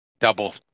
double